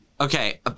Okay